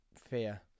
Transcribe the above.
fear